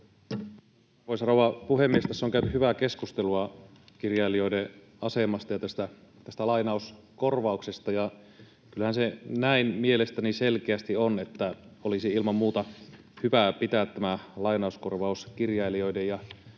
arvoisa rouva puhemies! Tässä on käyty hyvää keskustelua kirjailijoiden asemasta ja tästä lainauskorvauksesta. Kyllähän se näin mielestäni selkeästi on, että olisi ilman muuta hyvä pitää tämä lainauskorvaus kirjailijoiden ja